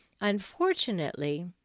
Unfortunately